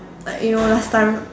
like you know last time